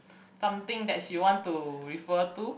something that she want to refer to